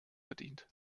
verdient